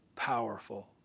powerful